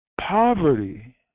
poverty